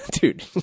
Dude